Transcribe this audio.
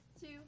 two